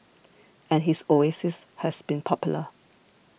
and his oasis has been popular